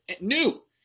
new